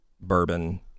bourbon